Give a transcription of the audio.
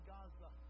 Gaza